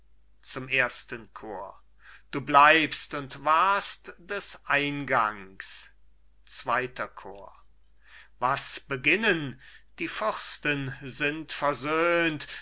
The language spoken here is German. zum ersten chor du bleibst und wahrst des eingangs zweiter chor bohemund was beginnen die fürsten sind versöhnt